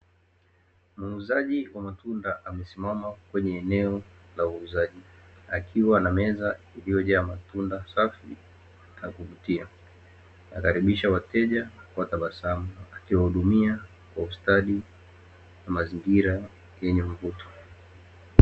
Muuzaji wa matunda amesimama kwenye eneo la uuzaji akiwa na meza iliyojaa matunda safi ya kuvutia, akikaribisha wateja kwa tabasamu akiwahudumia kwa ustadi na mazingira yenye mvuto.